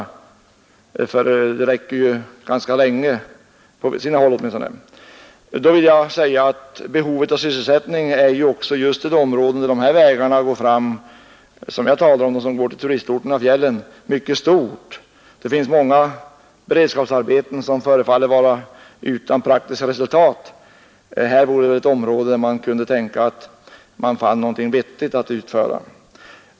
Effekten varar ganska länge åtminstone på sina håll. Behovet av sysselsättning på vägarna i de områden jag talar om är ju också ganska stort. Vägarna går till turistorterna i fjällen. Det finns många beredskapsarbeten som förefaller att inte medföra några praktiska resultat, men det här är väl ett område där man kan utföra någonting vettigt.